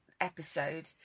episode